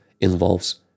involves